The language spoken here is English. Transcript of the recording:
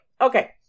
okay